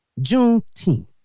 Juneteenth